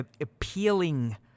appealing